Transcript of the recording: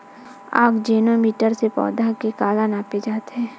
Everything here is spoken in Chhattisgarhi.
आकजेनो मीटर से पौधा के काला नापे जाथे?